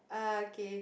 uh okay